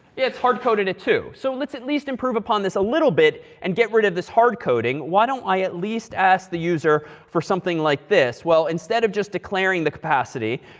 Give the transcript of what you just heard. it's hard coded at two. so let's at least improve upon this a little bit, and get rid of this hard coding. why don't i at least ask the user for something like this? well, instead of just declaring the capacity,